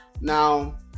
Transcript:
Now